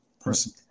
person